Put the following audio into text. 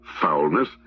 foulness